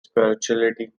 spirituality